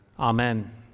amen